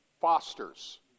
fosters